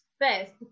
first